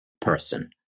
person